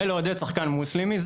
ולעודד שחקן מוסלמי,